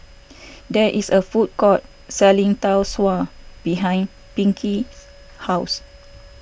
there is a food court selling Tau Suan behind Pinkie's house